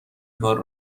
کار